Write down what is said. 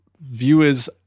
viewers